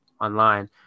online